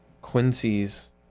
Quincy's